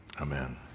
Amen